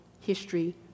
history